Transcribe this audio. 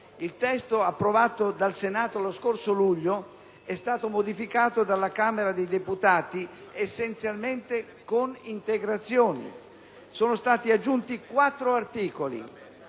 Il testo approvato dal Senato lo scorso luglio è stato modificato dalla Camera dei deputati essenzialmente con integrazioni. Sono stati aggiunti quattro articoli.